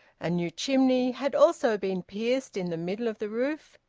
a new chimney had also been pierced in the middle of the roof,